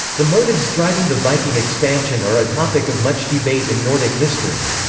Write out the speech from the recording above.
the motives driving the viking expansion are a topic of much debate in nordic history.